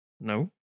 No